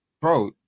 Bro